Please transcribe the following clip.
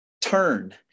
turn